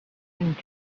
seemed